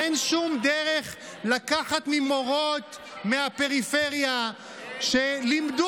אין שום דרך לקחת ממורות מהפריפריה שלימדו